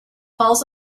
falls